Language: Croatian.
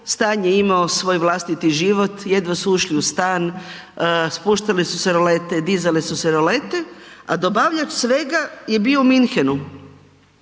stan je imao svoj vlastiti život, jedva su ušli u stan, spuštale su se rolete, dizale su se rolete a dobavljač svega je bio u Munchenu.